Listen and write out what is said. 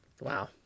wow